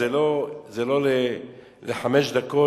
זה לא לחמש דקות,